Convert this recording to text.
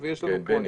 בני.